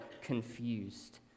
confused